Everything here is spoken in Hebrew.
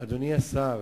אדוני השר,